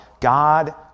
God